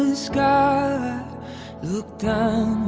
and sky look down